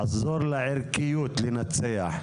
לעזור לערכיות לנצח.